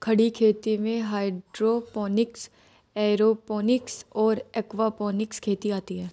खड़ी खेती में हाइड्रोपोनिक्स, एयरोपोनिक्स और एक्वापोनिक्स खेती आती हैं